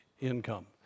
income